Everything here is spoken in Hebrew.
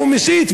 הוא מסית.